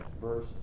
verse